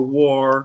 war